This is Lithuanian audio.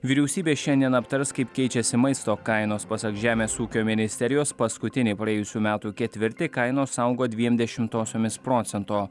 vyriausybė šiandien aptars kaip keičiasi maisto kainos pasak žemės ūkio ministerijos paskutinį praėjusių metų ketvirtį kainos augo dviem dešimtosiomis procento